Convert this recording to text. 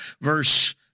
Verse